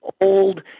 old